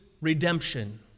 redemption